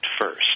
first